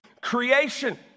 Creation